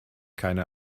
keine